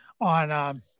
on